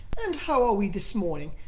and how are we this morning?